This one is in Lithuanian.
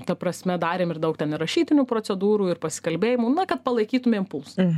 ta prasme darėm ir daug ten ir rašytinių procedūrų ir pasikalbėjimų na kad palaikytume pulsą